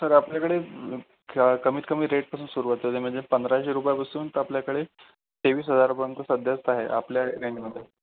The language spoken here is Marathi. सर आपल्याकडे कमीत कमी रेटपासून सुरुवात होते म्हणजे पंधराशे रुपयापासून तर आपल्याकडे तेवीस हजारापर्यंत सध्या आहे आपल्या रेंजमध्ये